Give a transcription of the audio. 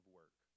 work